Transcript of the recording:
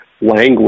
language